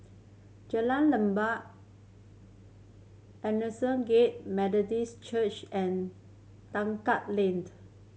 Jalan Limbok Aldersgate Methodist Church and Tekka Laned